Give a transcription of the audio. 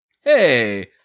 hey